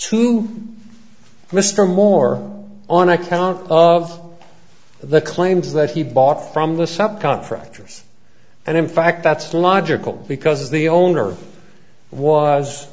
to mr moore on account of the claims that he bought from the sub contractors and in fact that's logical because the owner was